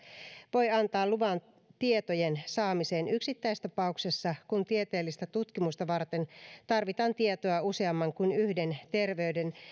voi antaa luvan tietojen saamiseen yksittäistapauksessa kun tieteellistä tutkimusta varten tarvitaan tietoa useamman kuin yhden terveyden